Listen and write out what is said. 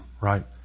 right